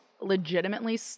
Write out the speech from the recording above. legitimately